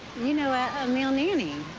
you know, a male nanny.